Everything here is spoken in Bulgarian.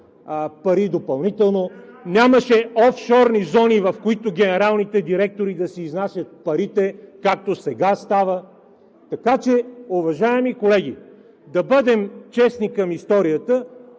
допълнително пари, нямаше офшорни зони, в които генералните директори да си изнасят парите, както сега става. (Шум и реплики.) Уважаеми колеги, да бъдем честни към историята!